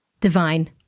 Divine